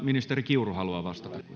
ministeri kiuru haluaa vastata